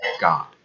God